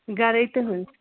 گَرٕے تٕہٕنٛز